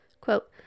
Quote